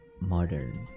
Modern